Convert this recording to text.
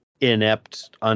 inept